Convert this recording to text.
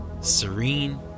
serene